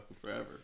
forever